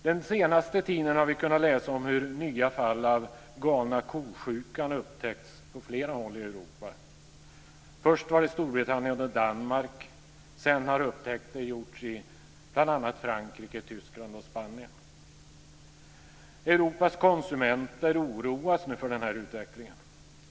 Den senaste tiden har vi kunnat läsa om hur nya fall av galna ko-sjukan har upptäckts på flera håll i Europa. Först var det Storbritannien och Danmark. Sedan har upptäckter gjorts i bl.a. Frankrike, Tyskland och Spanien. Europas konsumenter oroas nu för utvecklingen.